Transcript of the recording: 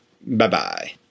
Bye-bye